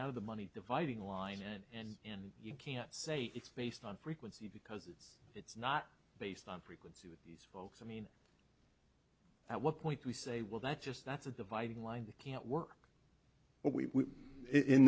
out of the money dividing line and you can't say it's based on frequency because it's not based on frequency with these folks i mean at what point do we say well that's just that's a dividing line the can't work but we in